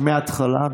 מהתחלה.